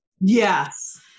Yes